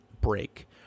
break